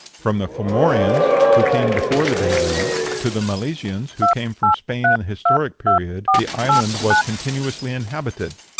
from the formorians, who came before the deluge, to the milesians, who came from spain in the historic period, the island was continuously inhabited.